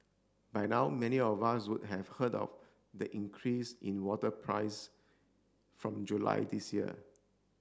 by now many of us would have heard of the increase in water price from July this year